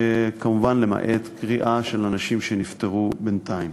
כמובן למעט גריעה של אנשים שנפטרו בינתיים.